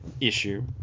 Issue